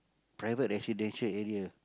private residential area